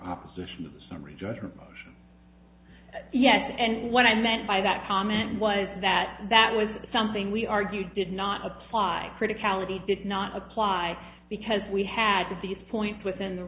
opposition summary judgment yes and what i meant by that comment was that that was something we argued did not apply critic ality did not apply because we had these points within the